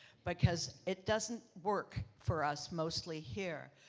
because it doesn't work for us mostly here.